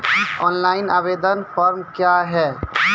Online आवेदन form क्या हैं?